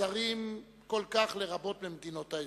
הזרים כל כך לרבות ממדינות האזור.